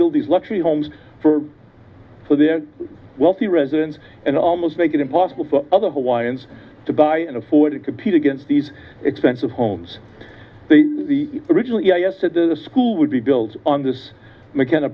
build these luxury homes for for their wealthy residents and almost make it impossible for other hawaiians to buy and afford it compete against these expensive homes the original yes the school would be built on this mckenna